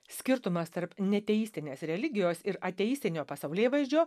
skirtumas tarp neteistinės religijos ir ateistinio pasaulėvaizdžio